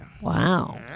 Wow